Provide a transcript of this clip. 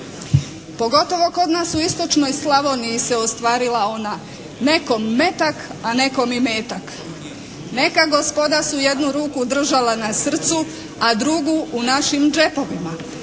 Pogotovo kod nas u istočnoj Slavoniji se ostvarila ona "nekom metak a nekom imetak". Neka gospoda su jednu ruku držala na srcu, a drugu u našim džepovima.